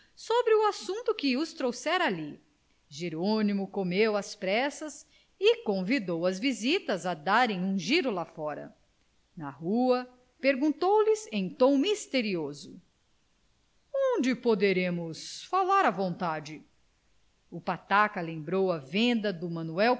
sobre o assunto que os trouxera ali jerônimo comeu às pressas e convidou as visitas a darem um giro lá fora na rua perguntou-lhes em tom misterioso onde poderemos falar à vontade o pataca lembrou a venda do